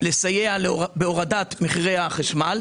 לסייע בהורדת מחירי החשמל.